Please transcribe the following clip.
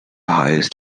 highest